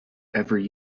every